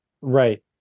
Right